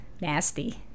nasty